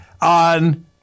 on